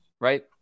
Right